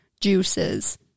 juices